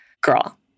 Girl